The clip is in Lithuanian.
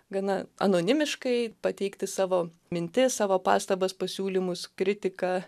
gana anonimiškai pateikti savo mintis savo pastabas pasiūlymus kritiką